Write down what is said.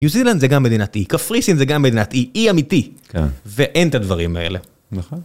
ניו זילנד זה גם מדינת אי, קפריסין זה גם מדינת אי, אי אמיתי. כן. ואין את הדברים האלה. נכון.